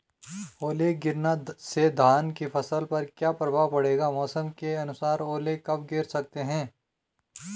ओले गिरना से धान की फसल पर क्या प्रभाव पड़ेगा मौसम के अनुसार ओले कब गिर सकते हैं?